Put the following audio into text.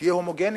תהיה הומוגנית,